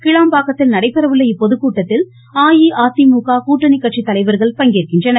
கிளாம்பாக்கத்தில் நடைபெறஉள்ள இப்பொதுக்கூட்டத்தில் அஇஅதிமுக கூட்டணி கட்சி தலைவர்கள் பங்கேற்கின்றனர்